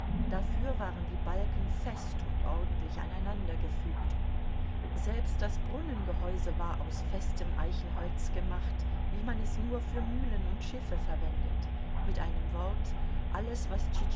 dafür waren die balken fest und ordentlich aneinandergefügt selbst das brunnengehäuse war aus festem eichenholz gemacht wie man es nur für mühlen und schiffe verwendet mit einem wort alles was